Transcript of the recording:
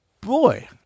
boy